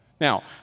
Now